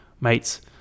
mates